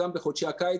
גם בחודשי הקיץ,